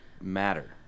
matter